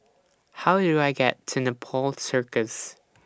How Do I get to Nepal Circus